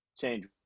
change